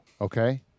okay